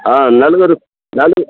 నలుగురు నలుగురు